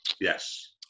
Yes